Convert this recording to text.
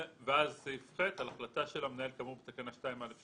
לאחר מכן יבוא סעיף (ח): "על החלטה של המנהל כאמור בתקנה 2(א)(2)